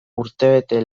urtebete